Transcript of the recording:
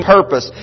purpose